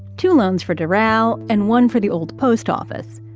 two loans for doral and one for the old post office.